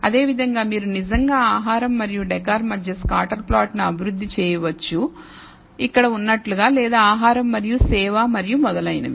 అదేవిధంగా మీరు నిజంగా ఆహారం మరియు డెకర్ మధ్య స్కాటర్ ప్లాట్ను అభివృద్ధి చేయవచ్చు ఇక్కడ ఉన్నట్లుగా లేదా ఆహారం మరియు సేవ మరియు మొదలైనవి